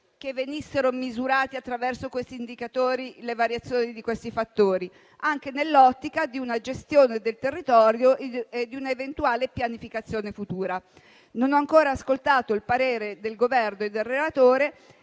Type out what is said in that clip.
che venissero misurate attraverso questi indicatori le variazioni di tali fattori, anche nell'ottica di una gestione del territorio e di un'eventuale pianificazione futura. Non ho ancora ascoltato il parere del Governo e del relatore